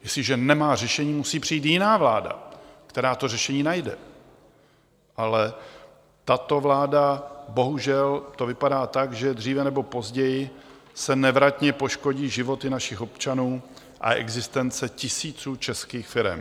Jestliže nemá řešení, musí přijít jiná vláda, která to řešení najde, ale tato vláda, bohužel, to vypadá tak, že dříve nebo později se nevratně poškodí životy našich občanů a existence tisíců českých firem.